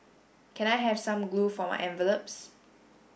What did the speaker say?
can I have some glue for my envelopes